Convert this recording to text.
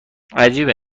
عجیبه